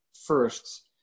first